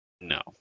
No